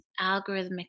algorithmic